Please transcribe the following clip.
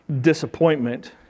disappointment